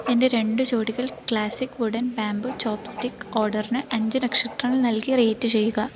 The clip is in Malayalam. എന്റെ രണ്ട് ജോഡികൾ ക്ലാസ്സിക് വുഡൻ ബാംബൂ ചോപ്സ്റ്റിക്ക് ഓർഡറിന് അഞ്ച് നക്ഷത്രങ്ങൾ നൽകി റേറ്റ് ചെയ്യുക